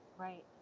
Right